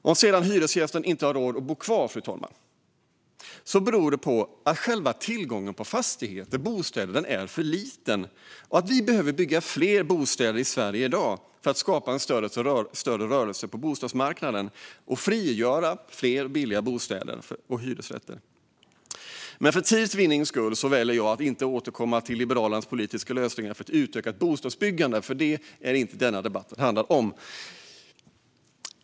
Om sedan hyresgästen inte har råd att bo kvar, fru talman, beror det på att tillgången på bostäder är för liten. Vi behöver därför bygga fler bostäder i Sverige i dag för att skapa en större rörlighet på bostadsmarknaden och frigöra fler billiga bostadsrätter och hyresrätter. Men för tids vinning väljer jag att inte återkomma till Liberalernas politiska lösningar för ett ökat bostadsbyggande, och det är inte det som denna debatt handlar om.